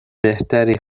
بهتری